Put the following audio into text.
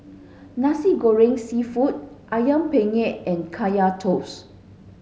Nasi Goreng Seafood Ayam Penyet and Kaya Toast